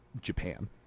japan